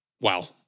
Wow